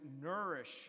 nourish